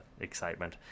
excitement